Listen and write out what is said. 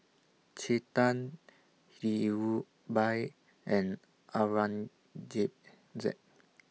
Chetan Dhirubhai and